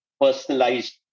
Personalized